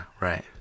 right